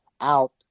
out